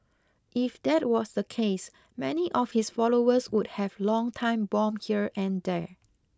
if that was the case many of his followers would have long time bomb here and there